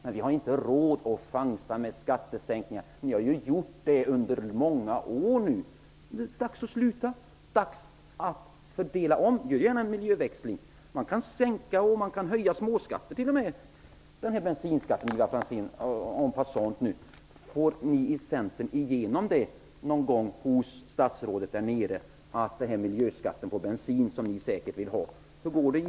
Men vi har inte råd att chansa med skattesänkningar. Ni har gjort det under många år; nu är det dags att sluta. Nu är det dags att fördela om. Man kan sänka och höja småskatter. Får ni i Centern förresten igenom miljöskatten på bensin som ni vill ha?